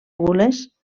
gules